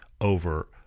over –